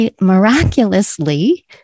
Miraculously